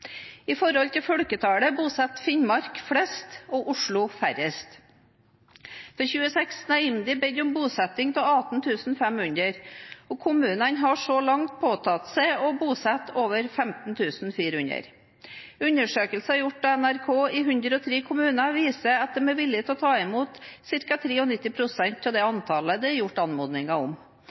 I forhold til folketallet bosatte Finnmark flest og Oslo færrest. For 2016 har IMDi bedt om bosetting av 18 500. Kommunene har så langt påtatt seg å bosette over 15 400. Undersøkelser gjort av NRK i 103 kommuner viser at disse er villige til å ta imot ca. 93 pst. av det antallet det er gjort anmodninger om.